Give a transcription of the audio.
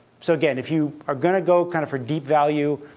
so again, if you are going to go kind of for deep value